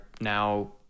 now